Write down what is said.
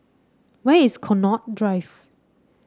where is Connaught Drive